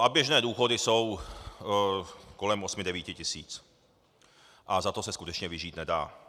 A běžné důchody jsou kolem osmi devíti tisíc a za to se skutečně vyžít nedá.